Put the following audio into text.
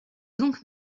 donc